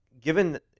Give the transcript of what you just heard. given